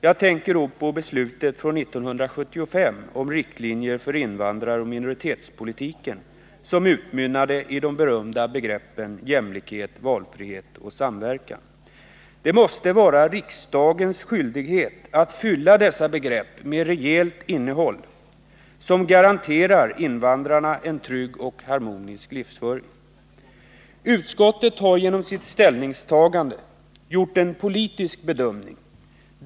Jag tänker då på beslutet från 1975 om riktlinjer för invandraroch minoritetspolitiken som utmynnade i de berömda begreppen jämlikhet, valfrihet och samverkan. Det måste vara riksdagens skyldighet att fylla dessa begrepp med ett rejält innehåll, som garanterar invandrarna en trygg och harmonisk livsföring. Utskottet har genom sitt ställningstagande gjort en politisk bedömning.